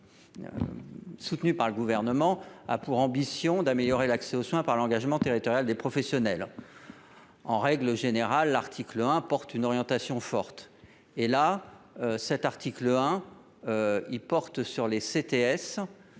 soutenue par le Gouvernement, a pour ambition d’améliorer l’accès aux soins par l’engagement territorial des professionnels. En règle générale, l’article 1 d’un texte porte une orientation forte. Ici, le premier article de ce texte porte sur les CTS,